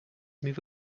move